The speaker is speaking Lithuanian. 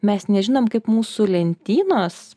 mes nežinom kaip mūsų lentynos